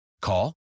Call